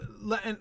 let